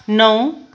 नौ